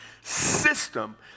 system